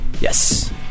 Yes